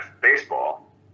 baseball